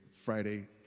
Friday